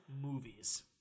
movies